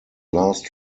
last